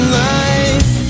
life